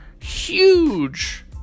huge